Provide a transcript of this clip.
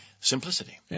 Simplicity